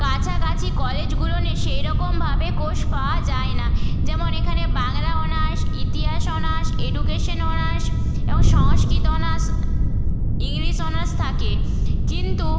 কাছাকাছি কলেজগুলোনে সেই রকমভাবে কোর্স পাওয়া যায় না যেমন এখানে বাংলা অনার্স ইতিহাস অনার্স এডুকেশন অনার্স এবং সংস্কৃত অনার্স ইংলিশ অনার্স থাকে কিন্তু